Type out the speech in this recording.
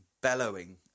Bellowing